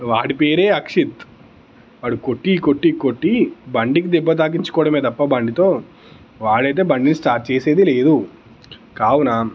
వాడి పేరే అక్షిత్ వాడు కొట్టి కొట్టి కొట్టి బండికి దెబ్బ తాకించుకోవడమే తప్ప బండితో వాడైతే బండిని స్టార్ట్ చేసేది లేదు కావున